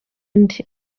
nde